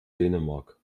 dänemark